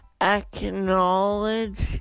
Acknowledge